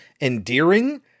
endearing